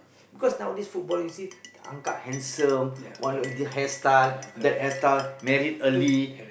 because nowadays football you see tangkap handsome why not this hair style that hair style marry early